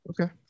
Okay